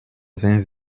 vingt